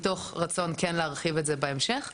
מתוך רצון להמשיך את זה בהמשך.